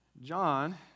John